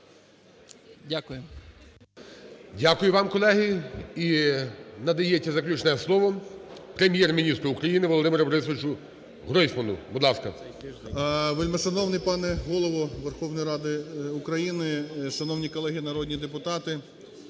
Дякую вам, колеги. І надається заключне слово Прем'єр-міністру України Володимиру Борисовичу Гройсману. Будь ласка. 11:08:07 ГРОЙСМАН В.Б. Вельмишановний пане Голово Верховної Ради України, шановні колеги народні депутати!